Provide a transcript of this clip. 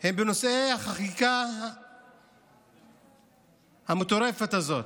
הם בנושא החקיקה המטורפת הזאת.